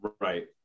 Right